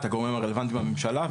את הגורמים הרלוונטיים בממשלה,